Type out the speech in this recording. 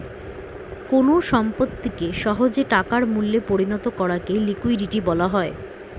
কোন সম্পত্তিকে সহজে টাকার মূল্যে পরিণত করাকে লিকুইডিটি বলা হয়